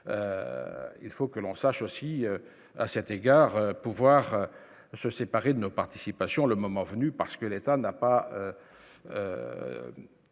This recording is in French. il faut que l'on sache aussi à cet égard, pouvoir se séparer de nos participations, le moment venu, parce que l'État n'a pas